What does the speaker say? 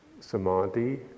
samadhi